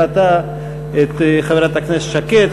ראתה את חברת הכנסת שקד,